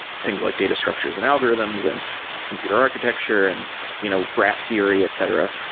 things like data structures and algorithms and computer architecture, and you know graph theory, etc.